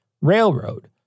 railroad